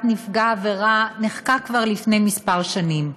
נפגע העבירה נחקק כבר לפני כמה שנים,